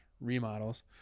remodels